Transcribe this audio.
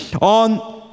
on